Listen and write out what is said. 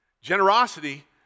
generosity